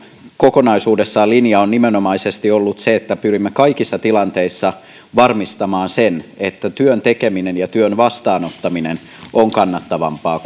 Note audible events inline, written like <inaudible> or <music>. kokonaisuudessaan on nimenomaisesti ollut se että pyrimme kaikissa tilanteissa varmistamaan sen että työn tekeminen ja työn vastaanottaminen on kannattavampaa <unintelligible>